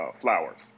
flowers